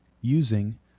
using